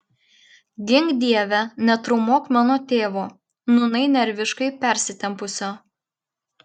gink dieve netraumuok mano tėvo nūnai nerviškai persitempusio